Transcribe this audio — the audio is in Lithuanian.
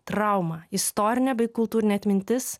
trauma istorinė bei kultūrinė atmintis